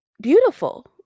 beautiful